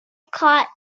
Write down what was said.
caught